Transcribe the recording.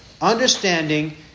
understanding